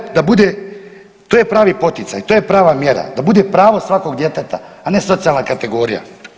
To je, da bude, to je pravi poticaj, to je prava mjera da bude pravo svakog djeteta, a ne socijalna kategorija.